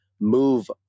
move